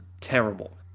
terrible